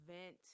event